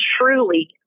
truly